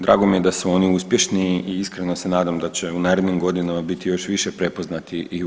Drago mi je da su oni uspješni i iskreno se nadam da će u narednim godinama biti još više prepoznati i u EU.